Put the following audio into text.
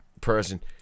person